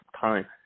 time